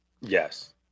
yes